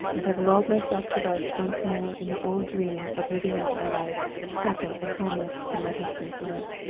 and have lulled myself to rest once more in the old dream of living out my life happy and harmless in my husband's love.